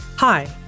Hi